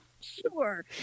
Sure